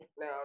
now